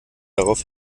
darauf